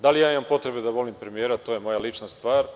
Da li ja imam potrebe da volim premijera, to je moja lična stvar.